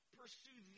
pursue